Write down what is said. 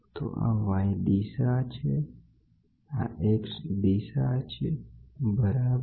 તો આ y દિશા છે આ x દિશા છે બરાબર